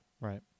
Right